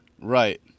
Right